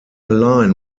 line